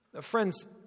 Friends